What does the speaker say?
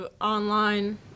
Online